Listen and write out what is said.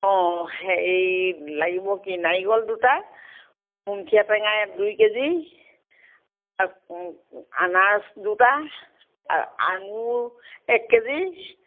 অঁ হেৰি লাগিব কি নাৰিকল দুটা সুমথিৰা টেঙা দুই কেজি আনাৰস দুটা আৰু আঙুৰ এক কেজি